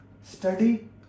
study